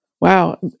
Wow